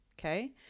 okay